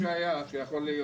זה הכי טוב שהיה, שיכול להיות.